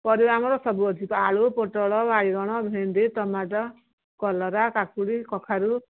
ପରିବା ଆମର ସବୁ ଅଛି ଆଳୁ ପୋଟଳ ବାଇଗଣ ଭେଣ୍ଡି ଟମାଟୋ କଲରା କାକୁଡ଼ି କଖାରୁ